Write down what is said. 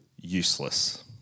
Useless